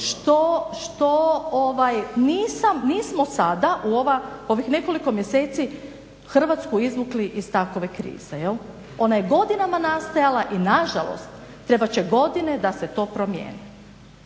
što nismo sada u ovih nekoliko mjeseci Hrvatsku izvukli iz takve krize jel'. Ona je godinama nastajala i nažalost trebat će godine da se to promjeni.